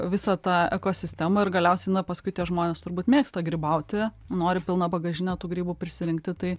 visą tą ekosistemą ir galiausiai na paskui tie žmonės turbūt mėgsta grybauti nori pilną bagažinę tų grybų prisirinkti tai